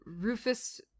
Rufus